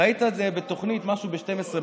ראית את זה בתוכנית, משהו ב-24:00,